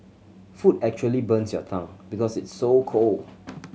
food actually burns your tongue because it's so cold